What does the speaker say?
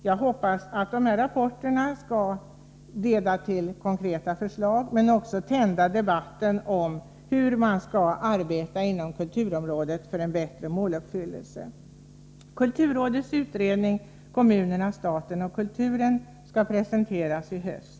Jag hoppas att dessa rapporter skall leda till konkreta förslag men också tända debatten om hur man skall arbeta inom kulturområdet för en bättre måluppfyllelse. Kulturrådets utredning - Kommunerna, staten och kulturen — skall presenteras i höst.